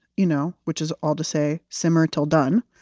you know which is all to say simmer till done,